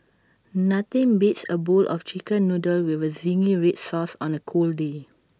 nothing beats A bowl of Chicken Noodles with Zingy Red Sauce on A cold day